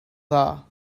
dda